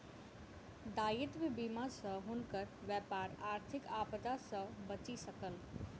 दायित्व बीमा सॅ हुनकर व्यापार आर्थिक आपदा सॅ बचि सकल